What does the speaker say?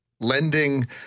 lending